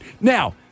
Now